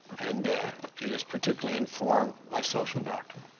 and it has particularly informed my social doctrine.